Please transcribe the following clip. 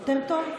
יותר טוב?